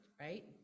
right